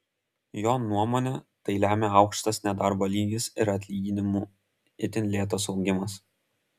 jo nuomone tai lemia aukštas nedarbo lygis ir atlyginimų itin lėtas augimas